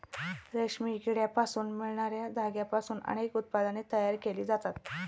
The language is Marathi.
रेशमी किड्यांपासून मिळणार्या धाग्यांपासून अनेक उत्पादने तयार केली जातात